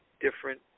different